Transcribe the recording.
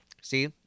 See